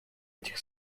этих